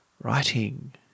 writing